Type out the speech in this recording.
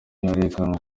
hazerekanwa